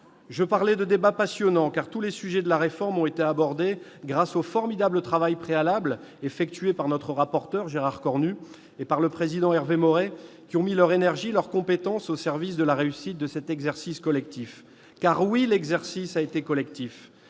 Je qualifiais le débat de passionnant, car tous les sujets de la réforme ont été abordés, grâce au formidable travail préalable effectué par le rapporteur, Gérard Cornu, et par le président de la commission, Hervé Maurey, qui ont mis leur énergie et leurs compétences au service de la réussite de cet exercice collectif. Oui, l'exercice a bel et